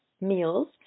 meals